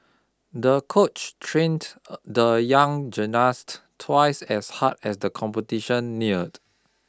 the coach trained the young gymnast twice as hard as the competition neared